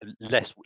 less